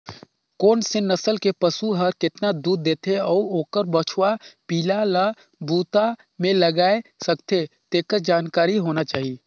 कोन से नसल के पसु हर केतना दूद देथे अउ ओखर बछवा पिला ल बूता में लगाय सकथें, तेखर जानकारी होना चाही